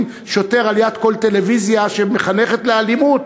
שוטר על יד כל טלוויזיה שמחנכת לאלימות,